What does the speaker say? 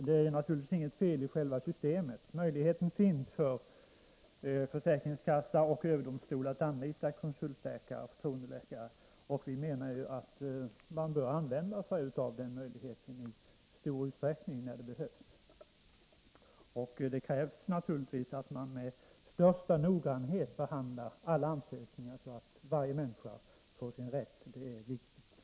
Herr talman! Det är inget fel i själva systemet. Möjligheten finns för försäkringskassa och överdomstol att anlita konsultläkare och förtroendeläkare, och vi menar att man bör använda den möjligheten i stor utsträckning när det behövs. Det krävs naturligtvis att man behandlar alla ansökningar med största noggrannhet, så att varje människa får sin rätt. Det är viktigt.